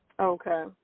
Okay